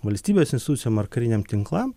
valstybės institucijom ar kariniam tinklam